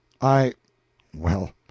I—well